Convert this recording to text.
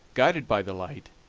guided by the light,